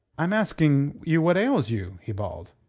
i'm asking you what ails you? he bawled.